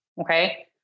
okay